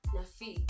Nafi